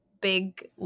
big